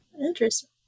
Interesting